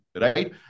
right